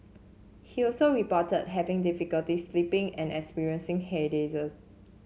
he also reported having difficulty sleeping and experiencing headaches